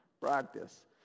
Practice